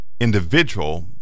individual